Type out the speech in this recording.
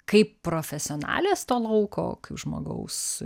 kaip profesionalės to lauko žmogaus